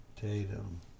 Tatum